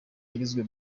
yagizwe